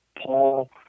Paul